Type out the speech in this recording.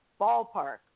ballpark